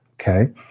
okay